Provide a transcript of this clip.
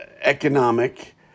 economic